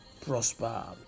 prosper